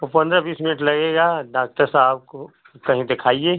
वह पन्द्रह बीस मिनट लगेगा डाक्टर साहब को कहीं देखाइए